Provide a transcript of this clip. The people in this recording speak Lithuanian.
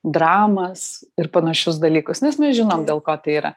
dramas ir panašius dalykus nes mes žinom dėl ko tai yra